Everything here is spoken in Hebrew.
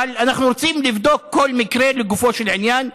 אבל אנחנו רוצים לבדוק כל מקרה לגופו של עניין,